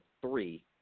three –